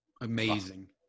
Amazing